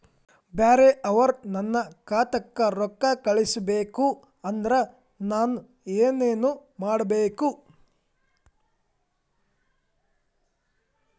ಬ್ಯಾರೆ ಅವರು ನನ್ನ ಖಾತಾಕ್ಕ ರೊಕ್ಕಾ ಕಳಿಸಬೇಕು ಅಂದ್ರ ನನ್ನ ಏನೇನು ಕೊಡಬೇಕು?